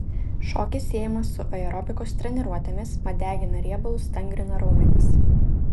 šokis siejamas su aerobikos treniruotėmis mat degina riebalus stangrina raumenis